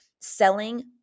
Selling